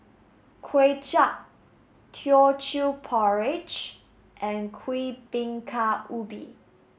Kuay Chap Teochew Porridge and Kuih Bingka Ubi